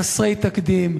חסרי תקדים?